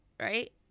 right